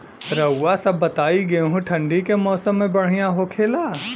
रउआ सभ बताई गेहूँ ठंडी के मौसम में बढ़ियां होखेला?